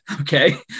Okay